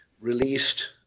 released